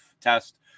test